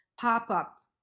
pop-up